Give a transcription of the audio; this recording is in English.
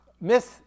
miss